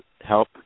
help